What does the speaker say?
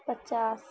پچاس